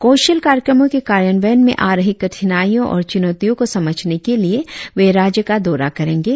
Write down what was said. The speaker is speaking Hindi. कौशल कार्यक्रमों के कार्यान्वयन में आ रही कठिनाइयों और चुनौतियों को समझने के लिए वे राज्य का दौरा करेंगे